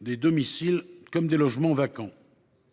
des domiciles comme des logements vacants.